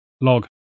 log